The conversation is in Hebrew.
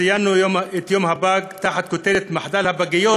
ציינו את יום הפג תחת הכותרת: מחדל הפגיות,